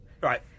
Right